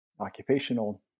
occupational